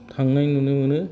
थांनाय नुनो मोनो